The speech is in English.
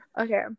Okay